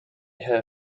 her